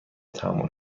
تحمل